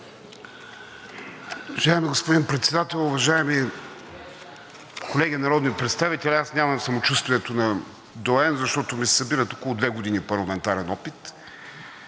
Уважаеми господин Председател, уважаеми колеги народни представители! Аз нямам самочувствието на доайен, защото ми се събират около две години парламентарен опит,